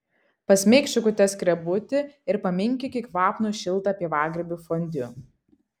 pasmeik šakute skrebutį ir paminkyk į kvapnų šiltą pievagrybių fondiu